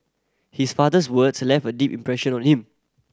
his father's words left a deep impression on him